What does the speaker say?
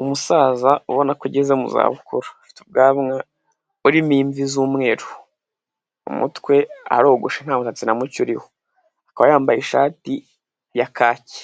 Umusaza ubona ko ageze mu za bukuru, afite ubwanwa bw'umweru urimo imvi z'umweru. Umutwe arogosha nta busatsi na mucye uriho, akaba yambaye ishati ya kaki.